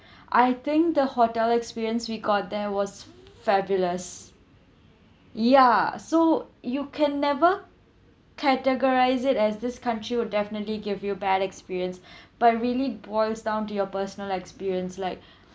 I think the hotel experience we got there was fabulous ya so you can never categorise it as this country will definitely give you bad experience but really boils down to your personal experience like